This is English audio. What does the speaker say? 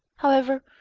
however,